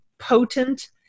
potent